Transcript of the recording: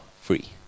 free